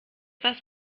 was